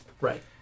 Right